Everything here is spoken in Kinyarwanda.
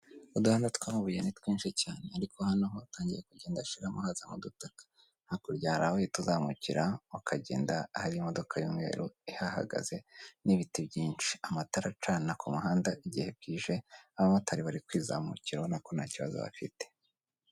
Uduhanda tw'amubuye ni twinshi cyane ariko hano ho atangiye kugenda ashiramo hazamo udutaka, hakurya hari aho uhita uzamukira ukagenda hari imodoka y'umweru ihahagaze n'ibiti byinshi. Amatara acana ku muhanda igihe bwije, abamotari bari kwizamukira ubona ko nta kibazo bafite.